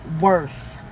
worth